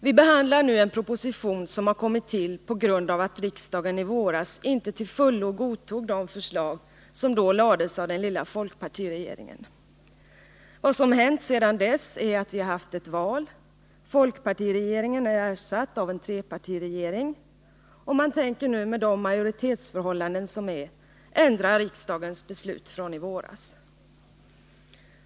Vi behandlar nu en proposition som har kommit till på grund av att riksdagen i våras inte till fullo godtog de förslag som då lades fram av den lilla folkpartiregeringen. Vad som hänt sedan dess är att vi haft ett val, folkpartiregeringen är ersatt av en trepartiregering och man tänker nu med det majoritetsförhållande som råder ändra riksdagens beslut från i våras.